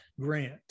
Grant